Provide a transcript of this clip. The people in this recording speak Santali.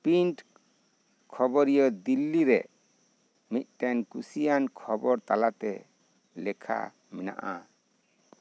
ᱯᱨᱤᱱᱴ ᱠᱷᱚᱵᱚᱨᱤᱭᱟᱹ ᱫᱤᱞᱞᱤ ᱨᱮ ᱢᱤᱫᱴᱮᱱ ᱠᱩᱥᱤᱭᱟᱱ ᱠᱷᱚᱵᱚᱨ ᱛᱟᱞᱟᱛᱮ ᱞᱮᱠᱷᱟ ᱢᱮᱱᱟᱜᱼᱟ